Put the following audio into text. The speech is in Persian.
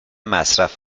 مصرف